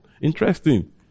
Interesting